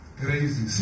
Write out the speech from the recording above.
crazy